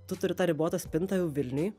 tu turi tą ribotą spintą jau vilniuj